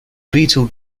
beetle